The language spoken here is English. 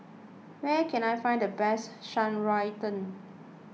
where can I find the best Shan Rui Tang